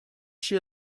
she